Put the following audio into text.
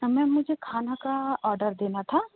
ma'am मुझे खाना का ऑर्डर देना था